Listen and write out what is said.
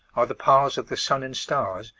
are the paths of the sun and stars,